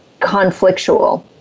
conflictual